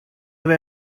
have